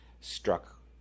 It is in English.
struck